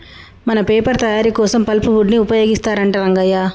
మన పేపర్ తయారీ కోసం పల్ప్ వుడ్ ని ఉపయోగిస్తారంట రంగయ్య